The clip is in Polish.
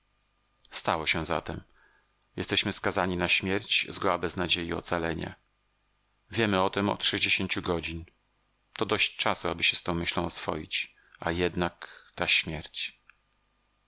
stało się zatem jesteśmy skazani na śmierć zgoła bez nadziei ocalenia wiemy o tem od sześćdziesięciu godzin to dość czasu aby się z tą myślą oswoić a jednak ta śmierć